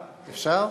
אפשר?